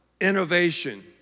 innovation